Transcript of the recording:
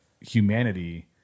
humanity